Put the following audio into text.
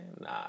Nah